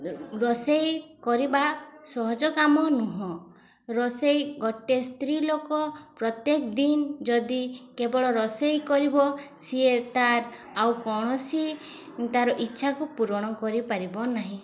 ରୋଷେଇ କରିବା ସହଜ କାମ ନୁହଁ ରୋଷେଇ ଗୋଟେ ସ୍ତ୍ରୀ ଲୋକ ପ୍ରତ୍ୟେକ ଦିନ ଯଦି କେବଳ ରୋଷେଇ କରିବ ସିଏ ତାର ଆଉ କୌଣସି ତାର ଇଚ୍ଛାକୁ ପୂରଣ କରିପାରିବ ନାହିଁ